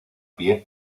pie